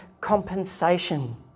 compensation